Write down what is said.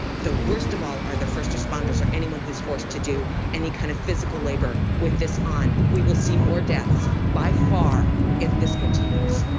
the worst of all are the first responders or anyone who's forced to do any kind of physical labor with this on, we will see more deaths by far if this continues.